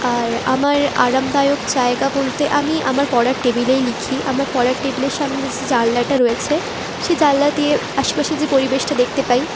আর আমার আরামদায়ক জায়গা বলতে আমি আমার পড়ার টেবিলেই লিখি আমার পড়ার টেবিলের সামনে যে জানলাটা রয়েছে সে জানলা দিয়ে আশপাশে যে পরিবেশটা দেখতে পাই